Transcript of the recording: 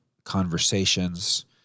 conversations